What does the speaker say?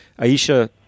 Aisha